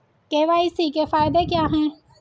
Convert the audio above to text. KYC के फायदे क्या है?